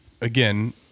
again